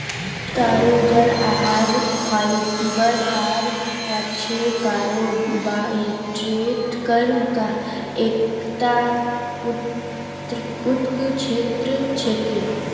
तारो जड़ आहार फाइबर आर अच्छे कार्बोहाइड्रेटक एकता उत्कृष्ट स्रोत छिके